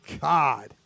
God